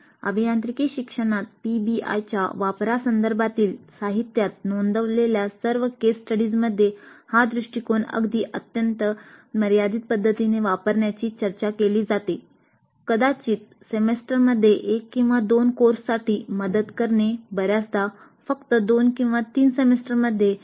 अभियांत्रिकी शिक्षणात पीबीआयच्या वापरासंदर्भातील साहित्यात नोंदवलेल्या सर्व केस स्टडीजमध्ये हा दृष्टिकोन अगदी अत्यंत मर्यादित पद्धतीने वापरण्याची चर्चा केली जाते कदाचित सेमेस्टरमध्ये एक किंवा दोन कोर्ससाठी मदत करते बर्याचदा फक्त दोन किंवा तीन सेमेस्टरमध्ये मदत करते